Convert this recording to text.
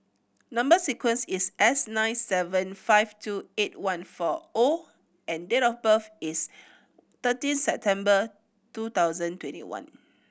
number sequence is S nine seven five two eight one four O and date of birth is thirteen September two thousand twenty one